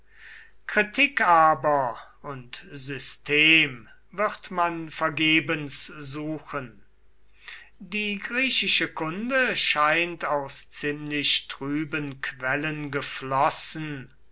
kritik aber und system wird man vergebens suchen die griechische kunde scheint aus ziemlich trüben quellen geflossen